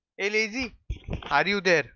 it is a high due date